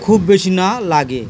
খুব বেশি না লাগে